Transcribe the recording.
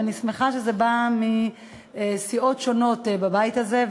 ואני שמחה שזה בא מסיעות שונות בבית הזה,